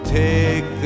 take